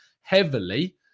heavily